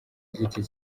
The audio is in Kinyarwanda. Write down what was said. giti